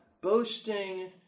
boasting